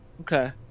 Okay